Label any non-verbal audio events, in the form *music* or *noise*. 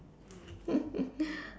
*laughs*